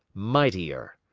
mightier.